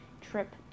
trip